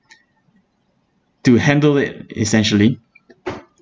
to handle it essentially